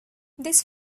this